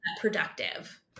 productive